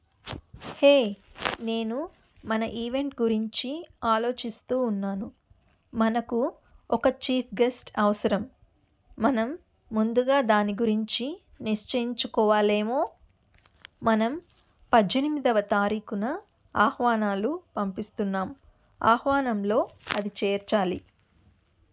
హే నేను మన ఈవెంట్ గురించి ఆలోచిస్తూ ఉన్నాను మనకు ఒక చీఫ్ గెస్ట్ అవసరం మనం ముందుగా దాని గురించి నిశ్చయించుకోవాలేమో మనం పద్దెనిమిదవ తారీఖున ఆహ్వానాలు పంపిస్తున్నాం ఆహ్వానంలో అది చేర్చాలి